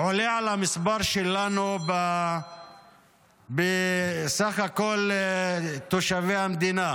עולה על המספר שלנו בסך כל תושבי המדינה.